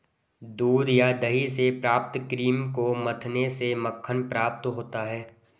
दूध या दही से प्राप्त क्रीम को मथने से मक्खन प्राप्त होता है?